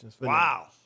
Wow